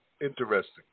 interesting